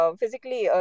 physically